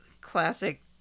classic